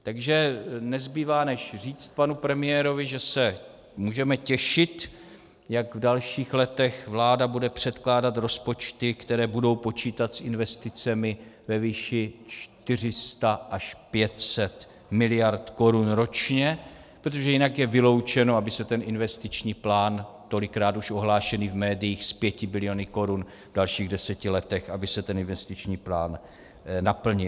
Takže nezbývá, než říct panu premiérovi, že se můžeme těšit, jak v dalších letech vláda bude předkládat rozpočty, které budou počítat s investicemi ve výši 400 až 500 miliard korun ročně, protože jinak je vyloučeno, aby se ten investiční plán, tolikrát už ohlášený v médiích, s 5 biliony korun v dalších deseti letech, aby se ten investiční plán naplnil.